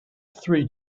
three